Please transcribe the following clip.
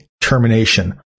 Termination